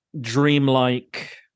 dreamlike